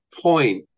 point